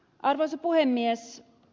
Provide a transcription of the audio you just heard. arvoisa puhemies